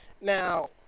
Now